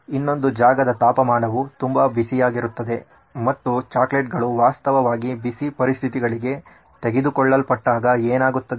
ಇನ್ನೊಂದು ಜಾಗದ ತಾಪಮಾನವು ತುಂಬಾ ಬಿಸಿಯಾಗಿರುತ್ತದೆ ಮತ್ತು ಚಾಕೊಲೇಟ್ಗಳು ವಾಸ್ತವವಾಗಿ ಬಿಸಿ ಪರಿಸ್ಥಿತಿಗಳಿಗೆ ತೆಗೆದುಕೊಳ್ಳಲ್ಪಟ್ಟಾಗ ಏನಾಗುತ್ತದೆ